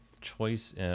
Choice